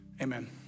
Amen